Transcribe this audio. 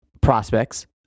prospects